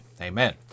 Amen